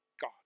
God